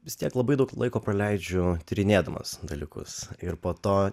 vis tiek labai daug laiko praleidžiu tyrinėdamas dalykus ir po to